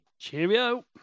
Cheerio